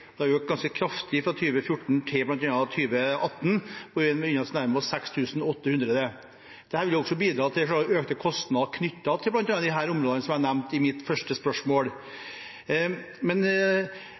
Det har økt ganske kraftig fra 2014 til bl.a. 2018, hvor vi begynner å nærme oss 6 800. Dette vil også bidra til økte kostnader knyttet til bl.a. de områdene som er nevnt i mitt første spørsmål.